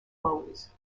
foes